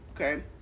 okay